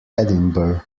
edinburgh